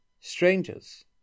Strangers